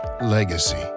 legacy